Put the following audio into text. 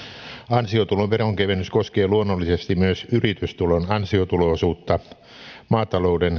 ansiotulon veronkevennys koskee luonnollisesti myös yritystulon ansiotulo osuutta maatalouden